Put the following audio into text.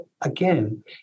again